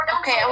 Okay